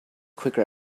quicker